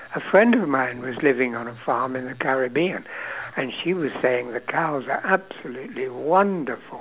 a friend of mine was living on a farm in the caribbean and she was saying the cows are absolutely wonderful